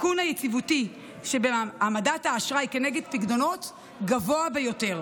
הסיכון היציבותי שבהעמדת האשראי כנגד פיקדונות גבוה ביותר.